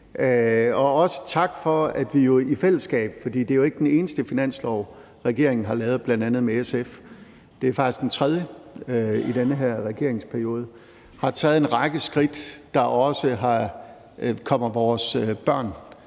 Og også tak for, at vi jo i fællesskab – for det er jo ikke den eneste finanslov, regeringen har lavet bl.a. med SF; det er faktisk den tredje i den her regeringsperiode – har taget en række skridt, der også kommer vores børn